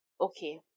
okay